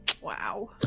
Wow